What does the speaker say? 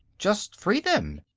just free them.